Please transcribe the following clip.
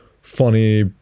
funny